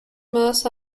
most